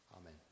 Amen